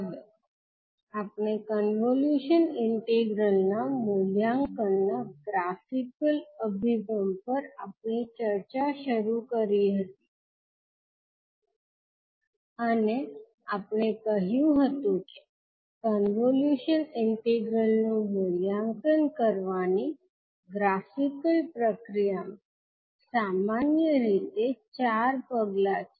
હવે આપણે convolution integral ના મૂલ્યાંકનના ગ્રાફિકલ અભિગમ પર આપણી ચર્ચા શરૂ કરી હતી અને આપણે કહ્યું હતુ કે કોન્વોલ્યુશન ઇન્ટિગ્રલ નું મૂલ્યાંકન કરવાની ગ્રાફિકલ પ્રક્રિયામાં સામાન્ય રીતે ચાર પગલાં છે